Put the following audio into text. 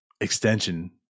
extension